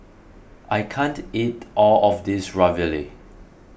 I can't eat all of this Ravioli